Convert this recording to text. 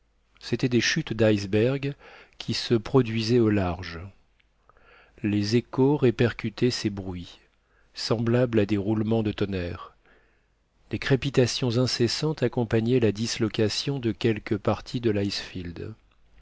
c'étaient des chutes d'icebergs qui se produisaient au large les échos répercutaient ces bruits semblables à des roulements de tonnerre des crépitations incessantes accompagnaient la dislocation de quelques parties de